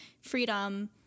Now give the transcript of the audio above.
freedom